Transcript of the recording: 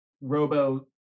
Robo